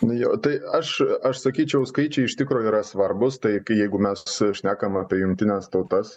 nu jo tai aš aš sakyčiau skaičiai iš tikro yra svarbūs tai kai jeigu mes šnekam apie jungtines tautas